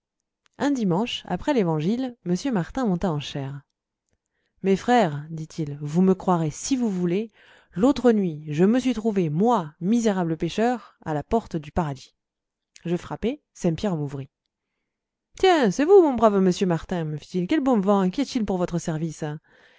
un dimanche après l'évangile m martin monta en chaire mes frères dit-il vous me croirez si vous voulez l'autre nuit je me suis trouvé moi misérable pécheur à la porte du paradis je frappai saint pierre m'ouvrit tiens c'est vous mon brave monsieur martin me fit-il quel bon vent et qu'y a-t-il pour votre service